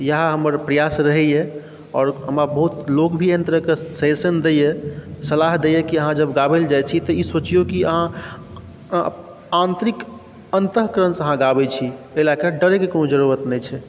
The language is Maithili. इएह हमर प्रयास रहैए आओर हमरा बहुत लोक भी एहन तरहके सजेशन दैए सलाह दैए कि अहाँ जब गाबैलए जाइ छी तऽ ई सोचिऔ जे अहाँ आन्तरिक अन्तःकरणसँ अहाँ गाबै छी एहि लऽ कऽ डरैके कोनो जरूरत नहि छै